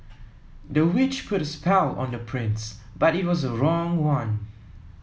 the witch put a spell on the prince but it was the wrong one